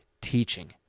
teaching